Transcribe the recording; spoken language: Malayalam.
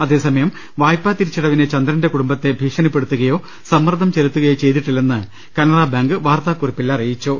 അതേസമയം വായ്പാതിരിച്ചടവിന് ചന്ദ്രന്റെ കുടും ബത്തെ ഭീഷണിപ്പെടുത്തുകയോ സമ്മർദ്ദം ചെലുത്തു കയോ ചെയ്തിട്ടില്ലെന്ന് കനറബാങ്ക് വാർത്താക്കുറിപ്പിൽ അറിയിച്ചു